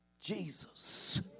Jesus